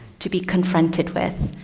to be confronted with,